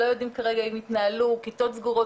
לא יודעים כרגע אם יתנהלו כיתות סגורות,